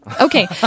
Okay